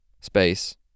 space